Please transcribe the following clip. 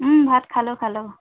ভাত খালোঁ খালোঁ